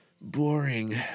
boring